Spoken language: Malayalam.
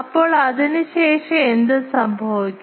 ഇപ്പോൾ അതിനുശേഷം എന്ത് സംഭവിക്കും